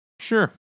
Sure